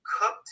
cooked